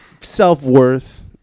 self-worth